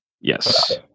yes